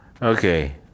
Okay